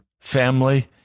family